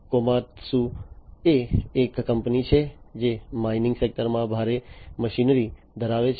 કોમાત્સુએ એક કંપની છે જે માઇનિંગ સેક્ટરમાં ભારે મશીનરી ધરાવે છે